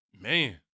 Man